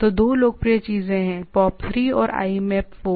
तो दो लोकप्रिय चीजें हैं POP3 और IMAP4